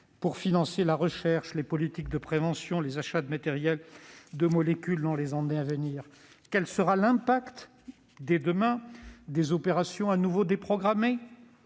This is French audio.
pour financer la recherche, les politiques de prévention, les achats de matériels et de molécules dans les années à venir ? Quel sera l'impact dès demain des opérations à nouveau déprogrammées ?